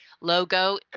logo